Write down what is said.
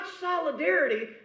solidarity